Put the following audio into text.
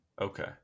Okay